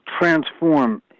transform